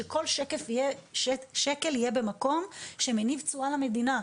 שכל שקל יהיה במקום שמניב תשואה למדינה,